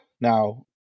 Now